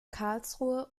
karlsruhe